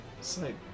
Snake